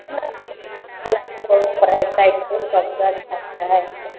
हमरा सबसँ अच्छा पढ़ाइ